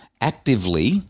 actively